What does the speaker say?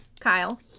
Kyle